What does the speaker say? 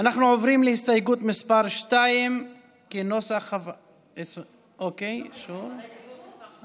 אנחנו עוברים להסתייגות מס' 2. הצבעה,